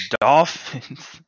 Dolphins